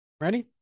ready